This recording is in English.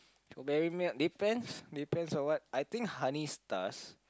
strawberry milk depends depends on what I think honey stars